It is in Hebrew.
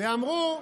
אמרו,